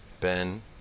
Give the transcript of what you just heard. Ben